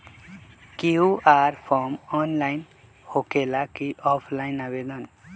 QR form online होकेला कि offline आवेदन?